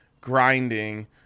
grinding